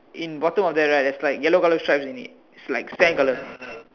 in bottom of that right there's like yellow color stripes in it is like stair color